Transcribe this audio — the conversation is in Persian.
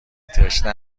تشنه